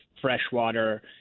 freshwater